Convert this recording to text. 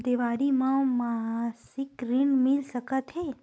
देवारी म मासिक ऋण मिल सकत हे?